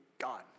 God